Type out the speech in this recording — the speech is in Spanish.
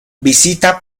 visita